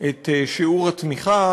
את שיעור התמיכה,